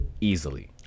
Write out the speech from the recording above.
easily